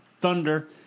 Thunder